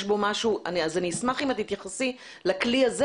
אני אשמח אם תתייחסי לכלי הזה,